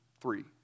three